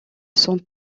sont